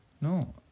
No